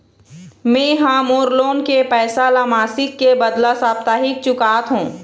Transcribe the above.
में ह मोर लोन के पैसा ला मासिक के बदला साप्ताहिक चुकाथों